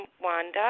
Wanda